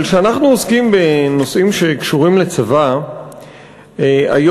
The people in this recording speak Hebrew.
אבל כשאנחנו עוסקים בנושאים שקשורים לצבא היום,